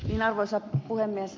arvoisa puhemies